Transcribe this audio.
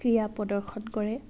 ক্ৰীড়া প্ৰদৰ্শন কৰে